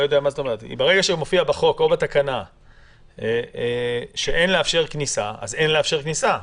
ברגע שמופיע בחוק או בתקנה שאין לאפשר כניסה אז אין לאפשר כניסה,